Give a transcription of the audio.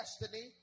destiny